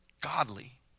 Godly